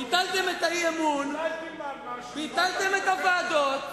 ביטלתם את האי-אמון, ביטלתם את הוועדות,